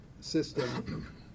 system